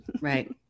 right